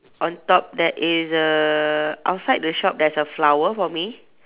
on top there is a outside the shop there's a flower for me